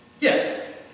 Yes